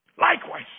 Likewise